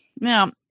Now